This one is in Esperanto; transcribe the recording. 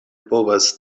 povas